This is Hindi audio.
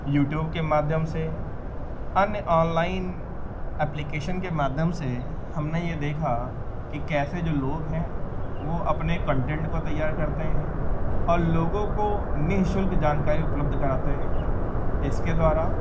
यूट्यूब के माध्यम से अन्य ऑनलाइन एप्लीकेशन के माध्यम से हमने यह देखा कि कैसे जो लोग हैं वह अपने कॉन्टेन्ट को तैयार करते हैं और लोगों को नि शुल्क जानकारी उपलब्ध कराते हैं इसके द्वारा